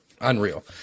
unreal